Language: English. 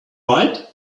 right